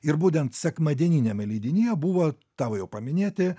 ir būtent sekmadieniniame leidinyje buvo tavo jau paminėti